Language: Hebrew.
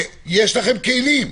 יש לכם כלים.